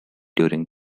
during